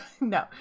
No